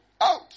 out